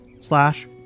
slash